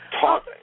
Talk